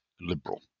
liberal